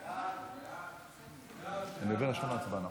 סעיפים 1 3 נתקבלו.